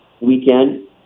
weekend